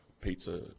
pizza